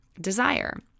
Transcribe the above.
desire